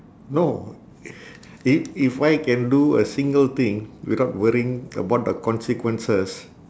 no i~ if I can do a single thing without worrying about the consequences